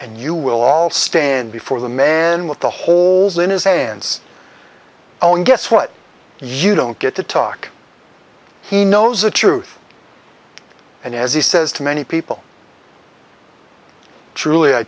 and you will all stand before the man with the holes in his hands oh and guess what you don't get to talk he knows the truth and as he says to many people truly i